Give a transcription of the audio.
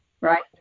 right